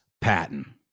Patton